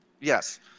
Yes